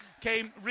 came